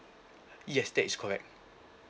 yes that is correct